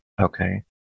Okay